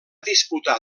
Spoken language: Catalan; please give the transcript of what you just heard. disputar